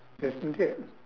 isn't it